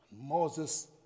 Moses